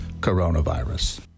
coronavirus